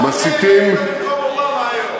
מה היית עושה במקום אובמה היום?